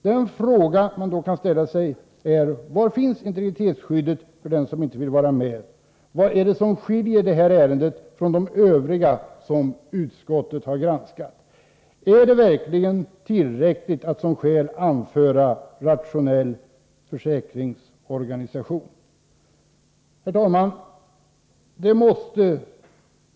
De frågor man då kan ställa sig är: Var finns integritetsskyddet för den som inte vill vara med? Vad är det som skiljer detta ärende från de övriga som utskottet har granskat? Är det verkligen tillräckligt att, som sker, anföra rationell försäkringsorganisation? Herr talman!